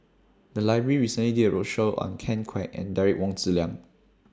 The Library recently did A roadshow on Ken Kwek and Derek Wong Zi Liang